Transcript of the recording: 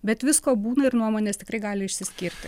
bet visko būna ir nuomonės tikrai gali išsiskirti